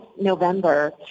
November